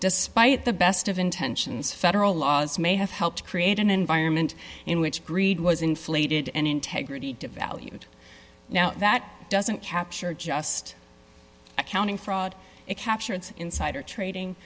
despite the best of intentions federal laws may have helped create an environment in which greed was inflated and integrity devalued now that doesn't capture just accounting fraud and capture its insider trading